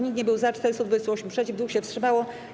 Nikt nie był za, 428 - przeciw, 2 się wstrzymało.